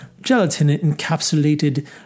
gelatin-encapsulated